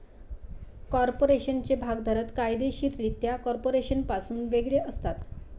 कॉर्पोरेशनचे भागधारक कायदेशीररित्या कॉर्पोरेशनपासून वेगळे असतात